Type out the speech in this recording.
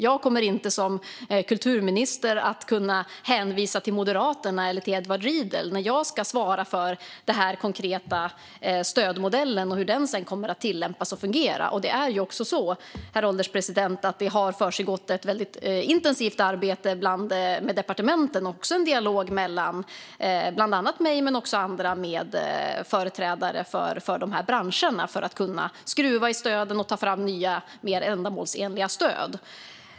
Som kulturminister kommer jag inte att kunna hänvisa till Moderaterna eller Edward Riedl när jag ska svara för den konkreta stödmodellen och hur den sedan ska tillämpas och fungera. Herr ålderspresident! Det har pågått ett intensivt arbete i departementen, och jag och andra har också fört en dialog med företrädare för dessa branscher för att kunna skruva i stöden och ta fram nya, mer ändamålsenliga stöd.